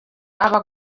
aba